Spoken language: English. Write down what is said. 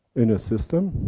in a system,